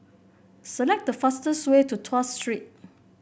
select the fastest way to Tuas Street